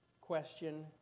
question